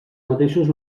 mateixos